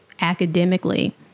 academically